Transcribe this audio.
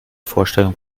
vorstellung